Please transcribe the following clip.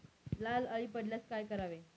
लाल अळी पडल्यास काय करावे?